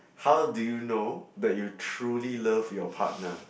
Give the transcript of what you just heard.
how do you know that you truly love your partner